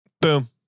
Boom